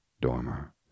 Dormer